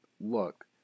look